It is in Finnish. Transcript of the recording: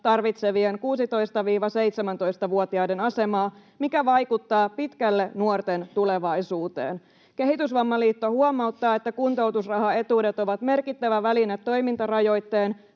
tarvitsevien 16—17-vuotiaiden asemaa, mikä vaikuttaa pitkälle nuorten tulevaisuuteen. Kehitysvammaliitto huomauttaa, että kuntoutusrahaetuudet ovat merkittävä väline toimintarajoitteen,